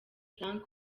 frank